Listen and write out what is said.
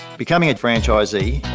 becoming a franchisee,